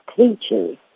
teachers